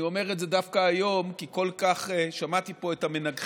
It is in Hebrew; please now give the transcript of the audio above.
אני אומר את זה דווקא היום כי כל כך שמעתי פה את המנגחים,